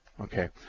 Okay